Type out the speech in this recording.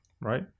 right